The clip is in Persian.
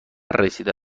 رسیده